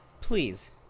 Please